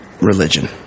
religion